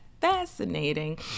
fascinating